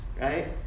right